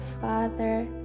Father